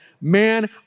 Man